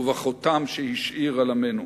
ובחותם שהשאיר על עמנו.